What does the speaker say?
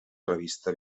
revista